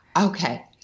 okay